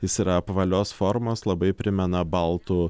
jis yra apvalios formos labai primena baltų